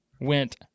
went